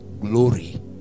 glory